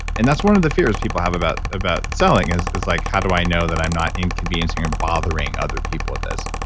and that's one of the fears people have about about selling is is like, how do i know that i'm not inconveniencing or bothering other people with this?